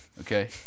okay